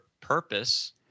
purpose